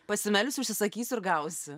pasimelsiu užsisakysiu ir gausiu